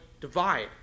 divide